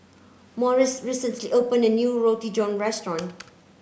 Morris recently opened a new Roti John restaurant